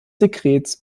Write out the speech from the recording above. sekrets